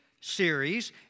series